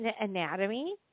anatomy